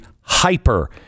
hyper